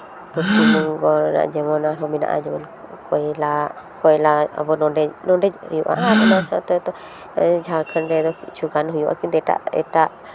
ᱯᱚᱥᱪᱤᱢ ᱵᱚᱝᱜᱚ ᱨᱮ ᱟᱨᱦᱚᱸ ᱡᱮᱢᱚᱱ ᱢᱮᱱᱟᱜᱼᱟ ᱡᱮᱢᱚᱱ ᱠᱚᱭᱞᱟ ᱠᱚᱭᱞᱟ ᱟᱵᱟᱨ ᱱᱚᱰᱮ ᱦᱩᱭᱩᱜᱼᱟ ᱟᱨ ᱚᱱᱟ ᱥᱟᱶᱛᱮ ᱡᱷᱟᱲᱠᱷᱚᱸᱰ ᱨᱮᱫᱚ ᱠᱤᱪᱷᱩ ᱜᱟᱱ ᱦᱩᱭᱩᱜᱼᱟ ᱠᱤᱱᱛᱩ ᱮᱴᱟᱜ